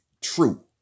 true